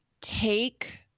take